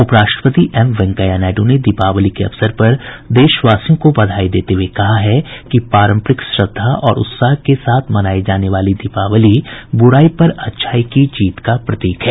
उपराष्ट्रपति एम वेंकैया नायडू ने दीपावली के अवसर पर देशवासियों को बधाई देते हुए कहा है कि पारंपरिक श्रद्धा और उत्साह के साथ मनाई जाने वाली दीपावली बुराई पर अच्छाई की जीत का प्रतीक है